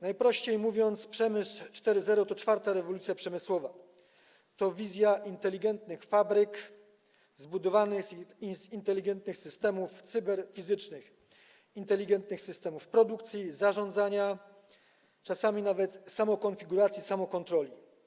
Najprościej mówiąc, przemysł 4.0 to czwarta rewolucja przemysłowa, to wizja inteligentnych fabryk zbudowanych z inteligentnych systemów cyberfizycznych, inteligentnych systemów produkcji, zarządzania, czasami nawet samokonfiguracji, samokontroli.